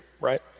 right